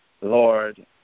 Lord